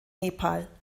nepal